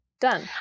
done